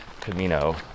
Camino